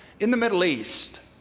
in the middle east